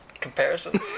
Comparison